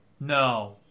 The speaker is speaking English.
No